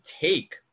take